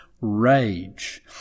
rage